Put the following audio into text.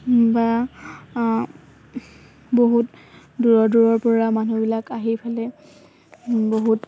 বা বহুত দূৰৰ দূৰৰ পৰা মানুহবিলাক আহি ফালে বহুত